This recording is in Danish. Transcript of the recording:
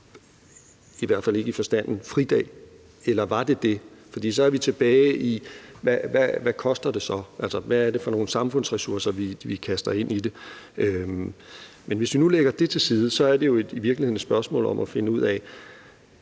i hvert fald ikke i forstanden fridag. Eller var det det? For så er vi tilbage i: Hvad koster det så? Hvad er det for nogle samfundsressourcer, vi kaster ind i det? Men hvis vi nu lægger det til side, er det jo i virkeligheden et spørgsmål om at finde ud af,